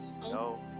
No